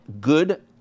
good